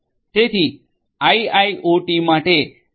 તેથી આઇઆઇઓટી માટે એસ